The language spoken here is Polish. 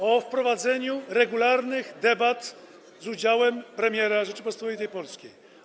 O wprowadzeniu regularnych debat z udziałem premiera Rzeczypospolitej Polskiej.